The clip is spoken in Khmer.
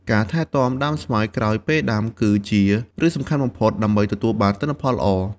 ការថែទាំដើមស្វាយក្រោយពេលដាំ គឺជារឿងសំខាន់បំផុតដើម្បីទទួលបានទិន្នផលល្អ។